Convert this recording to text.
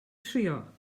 trio